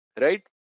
right